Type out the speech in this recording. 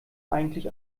eigentlich